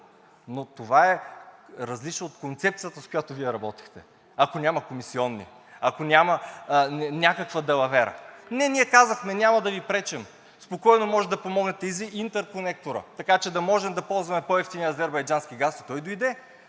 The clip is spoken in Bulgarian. Но това е различно от концепцията, с която Вие работехте – ако няма комисиони, ако няма някаква далавера. Не, ние казахме: Не, няма да Ви пречим, спокойно можете да помогнете и за интерконектора, така че да можем да ползваме по-евтиния азербайджански газ, и той дойде.